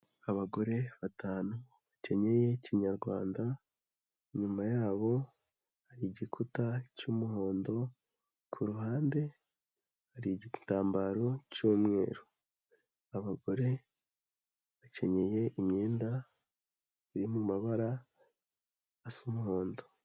Abagore batanu bakenyeye kinyarwanda, inyuma yabo hari igikuta cy'umuhondo ku ruhande hari igitambaro cy'umweru, abagore bakenyeye imyenda iri mu mabara asa umuhondo.